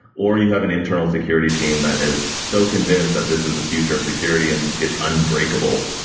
or you have an internal security team that is so convinced that this is the future of security and it's unbreakable.